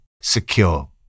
secure